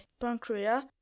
pancreas